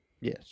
Yes